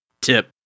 Tip